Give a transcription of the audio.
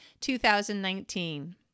2019